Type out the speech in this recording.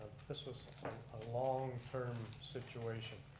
this was a long term situation.